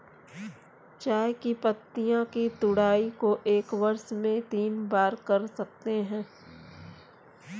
चाय की पत्तियों की तुड़ाई को एक वर्ष में तीन बार कर सकते है